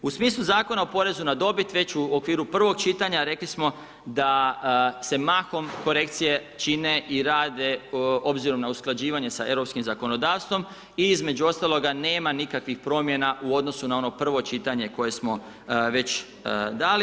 U smislu Zakona o porezu na dobit već u okviru prvog čitanja rekli smo da se mahom korekcije čine i rade obzirom na usklađivanje sa europskim zakonodavstvom i između ostaloga nema nikakvih promjena u odnosu na ono prvo čitanje koje smo već dali.